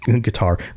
guitar